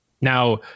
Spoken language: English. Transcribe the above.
Now